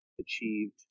achieved